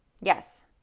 Yes